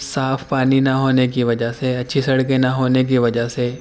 صاف پانی نہ ہونے کی وجہ سے اچھی سڑکیں نہ ہونے کی وجہ سے